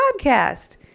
podcast